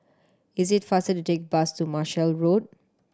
it is faster to take the bus to Marshall Road